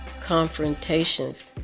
confrontations